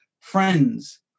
friends